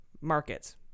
markets